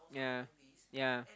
yeah yeah